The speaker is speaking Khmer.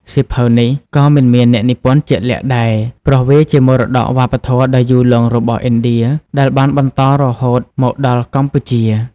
សៀវភៅនេះក៏មិនមានអ្នកនិពន្ធជាក់លាក់ដែរ ព្រោះវាជាមរតកវប្បធម៌ដ៏យូរលង់របស់ឥណ្ឌា ដែលបានបន្តរហូតមកដល់កម្ពុជា។